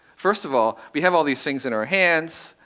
first of all, we have all these things in our hands.